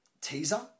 teaser